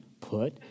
Put